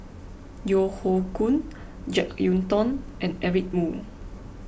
Yeo Hoe Koon Jek Yeun Thong and Eric Moo